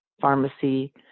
pharmacy